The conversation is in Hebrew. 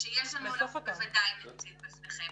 אנחנו בוודאי נציג בפניכם